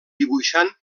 dibuixant